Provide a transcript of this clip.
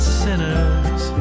sinners